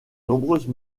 nombreuses